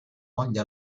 moglie